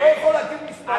הוא לא יכול להגיד משפט,